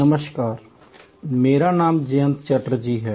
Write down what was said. नमस्कार मेरा नाम जयंत चटर्जी है